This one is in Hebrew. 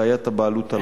בעיית הבעלות על הקרקע,